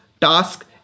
task